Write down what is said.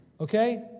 Okay